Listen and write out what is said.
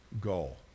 goal